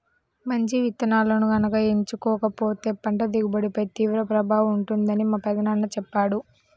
మంచి విత్తనాలను గనక ఎంచుకోకపోతే పంట దిగుబడిపై తీవ్ర ప్రభావం ఉంటుందని మా పెదనాన్న చెప్పాడు